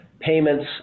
payments